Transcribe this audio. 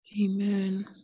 Amen